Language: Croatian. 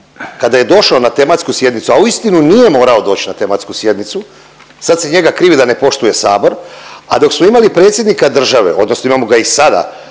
kada je došao na tematsku sjednicu, a uistinu nije morao doć na tematsku sjednicu, sad se njega krivi da ne poštuje Sabor. A dok smo imali predsjednika države odnosno imamo ga i sada